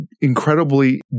incredibly